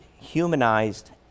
humanized